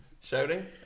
shouting